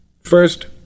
First